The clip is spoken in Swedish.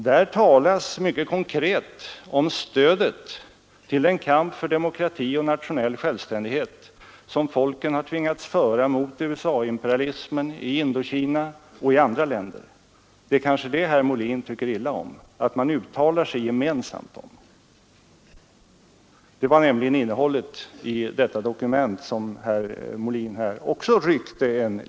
Där talas mycket konkret om solidaritet med den kamp för demokrati och nationell självständighet som folken har tvingats föra mot USA imperialismen i Indokina och andra länder. Det kanske är att man uttalar sig gemensamt om detta som herr Molin tycker illa om.